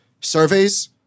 surveys